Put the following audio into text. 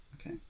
Okay